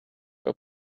were